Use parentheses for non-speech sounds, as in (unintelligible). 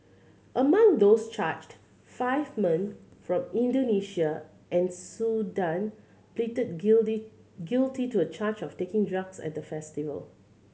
among those charged five men from Indonesia and Sudan pleaded (unintelligible) guilty to a charge of taking drugs at the festival